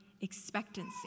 expectancy